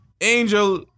Angel